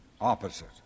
opposite